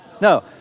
No